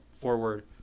forward